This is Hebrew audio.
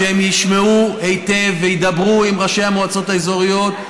שהם ישמעו היטב וידברו עם ראשי המועצות האזוריות.